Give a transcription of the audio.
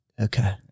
Okay